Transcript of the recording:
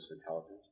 intelligence